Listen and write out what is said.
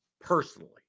Personally